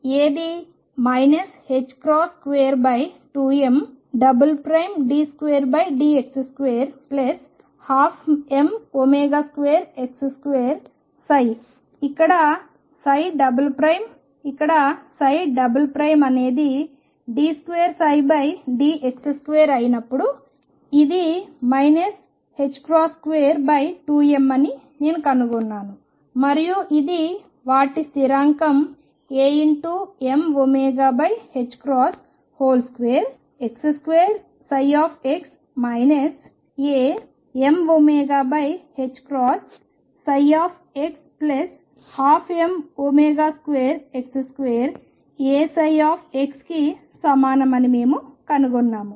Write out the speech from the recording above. ఏది 22m d2dx2 12m2x2 ఇక్కడ ఇక్కడ ψ అనేది d2dx2 అప్పుడు ఇది 22m అని నేను కనుగొన్నాను మరియు ఇది వాటి స్థిరాంకం A mω2x2x Amωx12m2x2Aψ కి సమానం అని మేము కనుగొన్నాము